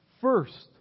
first